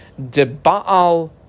Deba'al